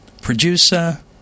producer